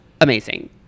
Amazing